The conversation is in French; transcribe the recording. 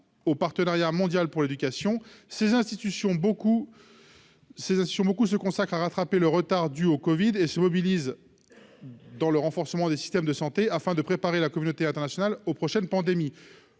au partenariat mondial pour l'éducation, ces institutions beaucoup sédation beaucoup se consacre à rattraper le retard dû au Covid et se mobilisent dans le renforcement des systèmes de santé afin de préparer la communauté internationale aux prochaines pandémies